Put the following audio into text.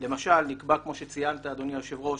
למשל: נקבע כמו שציינת אדוני היושב ראש,